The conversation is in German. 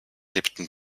lebten